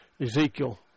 Ezekiel